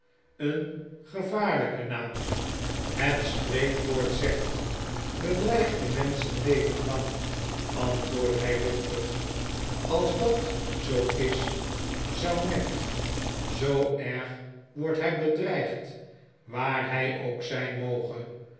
een gevaarljjke naam het spreekwoord zegt bedreigde menschen leven lang antwoordt hy luchtig als dat zoo is zou net zoo erg wordt hij bedreigd waar hy ook zijn moge